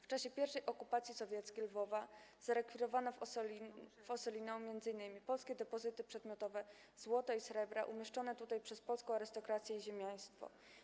W czasie pierwszej okupacji sowieckiej Lwowa zarekwirowano w Ossolineum m.in. polskie depozyty przedmiotowe złota i srebra umieszczone tutaj przez polską arystokrację i ziemiaństwo.